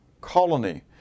colony